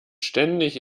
ständig